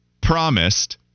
promised